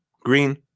green